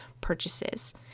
purchases